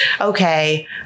okay